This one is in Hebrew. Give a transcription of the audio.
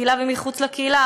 בקהילה ומחוץ לקהילה,